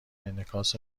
انعکاس